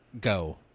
Go